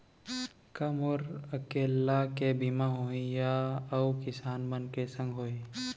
का मोर अकेल्ला के बीमा होही या अऊ किसान मन के संग होही?